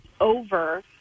over